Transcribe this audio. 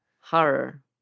Horror